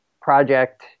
project